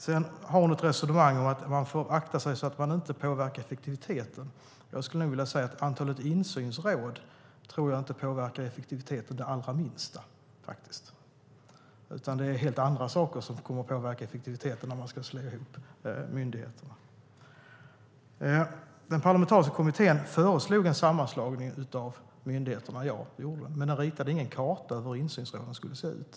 Beatrice Ask för ett resonemang om att man får akta sig så att man inte påverkar effektiviteten. Jag skulle nog vilja säga att antalet insynsråd inte påverkar effektiviteten det allra minsta. Det är helt andra saker som kommer att påverka effektiviteten om man ska slå ihop myndigheterna. Den parlamentariska kommittén föreslog en sammanslagning av myndigheterna, ja det gjorde den, men den ritade ingen karta över hur insynsråden skulle se ut.